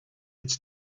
its